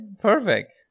perfect